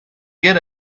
get